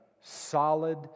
solid